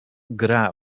gra